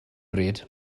bryd